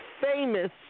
famous